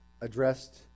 addressed